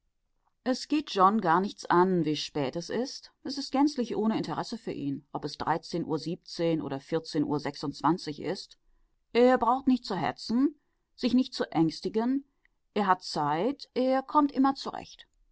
es geht john gar nichts an wie spät es ist es ist gänzlich ohne interesse für ihn ob es dreizehn uhr siebzehn oder vierzehn uhr sechsundzwanzig ist er braucht nicht zu hetzen sich nicht zu ängstigen er hat zeit er kommt immer